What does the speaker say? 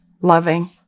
Loving